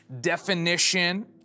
definition